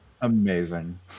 amazing